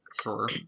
Sure